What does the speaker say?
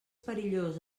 perillós